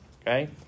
Okay